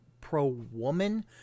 pro-woman